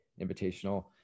Invitational